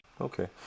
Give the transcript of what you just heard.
Okay